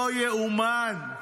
לא יאומן.